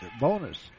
bonus